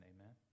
Amen